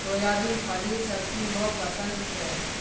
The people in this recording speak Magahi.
सोयाबीन फलीर सब्जी मोक पसंद छे